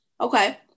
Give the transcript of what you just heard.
Okay